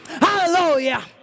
Hallelujah